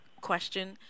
question